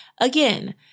again